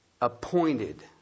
appointed